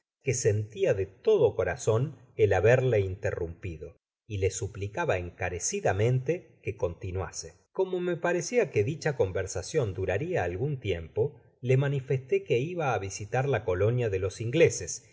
que sentía de todo corazon el haberle interrumpido y le suplicaba encarecidamente que continuase como me parecia que dicha conversacion duraria algun tiempo le manifesté que iba ú visitar la colonia de los ingleses